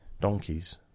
Donkeys